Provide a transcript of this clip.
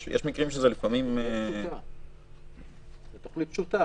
יש מקרים שזה לפעמים --- זו תוכנית פשוטה.